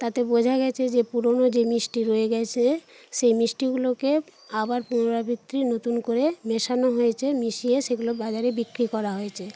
তাতে বোঝা গিয়েছে যে পুরোনো যে মিষ্টি রয়ে গিয়েছে সেই মিষ্টিগুলোকে আবার পুনরাবৃত্তি নতুন করে মেশানো হয়েছে মিশিয়ে সেগুলো বাজারে বিক্রি করা হয়েছে